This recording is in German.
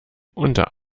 unter